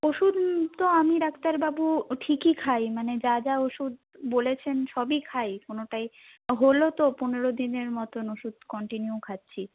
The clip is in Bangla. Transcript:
ওষুধ তো আমি ডাক্তারবাবু ঠিকই খাই মানে যা যা ওষুধ বলেছেন সবই খাই কোনোটাই হল তো পনেরো দিনের মতো ওষুধ কন্টিনিউ খাচ্চি